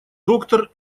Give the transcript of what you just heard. доктор